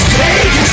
take